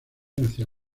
hacia